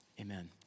Amen